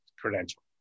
credential